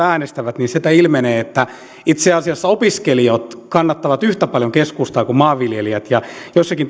äänestävät niin sieltä ilmenee että itse asiassa opiskelijat kannattavat keskustaa yhtä paljon kuin maanviljelijät ja joissakin